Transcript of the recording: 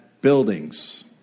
buildings